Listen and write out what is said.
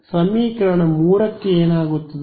ಆದ್ದರಿಂದ ಸಮೀಕರಣ ೩ಕ್ಕೆ ಏನಾಗುತ್ತದೆ